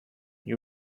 you